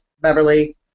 Beverly